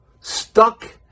stuck